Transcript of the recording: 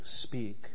speak